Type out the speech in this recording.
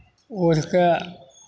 ओढ़ि कऽ